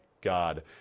God